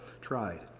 tried